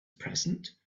present